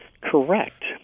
Correct